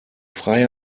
freie